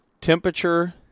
temperature